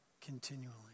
continually